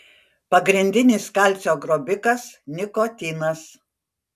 pagrindinis kalcio grobikas nikotinas